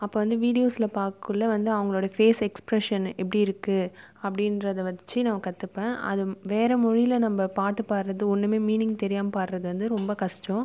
அப்போ வந்து வீடியோஸில் பார்க்ககுள்ள வந்து அவங்களோடய ஃபேஸ் எக்ஸ்பிரெஷன் எப்படி இருக்குது அப்படின்றத வச்சு நான் கற்றுப்பன் அது வேறு மொழியில் நம்ம பாட்டு பாடுகிறது ஒன்றுமே மீனிங் தெரியாமல் பாடுகிறது வந்து ரொம்ப கஷ்டோம்